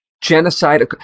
genocide